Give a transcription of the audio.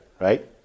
right